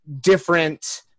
different